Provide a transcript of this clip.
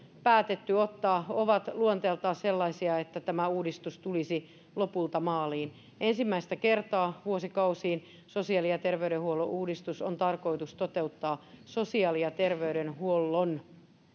päätetty ottaa ovat luonteeltaan sellaisia että tämä uudistus tulisi lopulta maaliin ensimmäistä kertaa vuosikausiin sosiaali ja terveydenhuollon uudistus on tarkoitus toteuttaa sosiaali ja terveydenhuollon